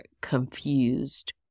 confused